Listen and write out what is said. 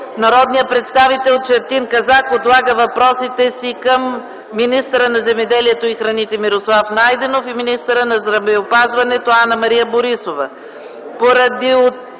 народният представител Четин Казак отлага въпросите си към министъра на земеделието и храните Мирослав Найденов и министъра на здравеопазването Анна-Мария Борисова.